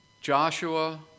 Joshua